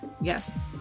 Yes